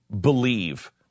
believe